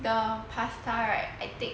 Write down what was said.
the pasta right I take